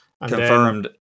Confirmed